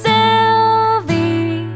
Sylvie